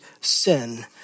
sin